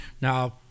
Now